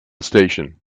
station